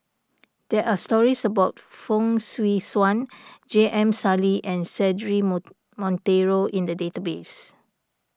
there are stories about Fong Swee Suan J M Sali and Cedric Monteiro in the database